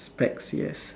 specs yes